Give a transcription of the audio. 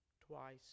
twice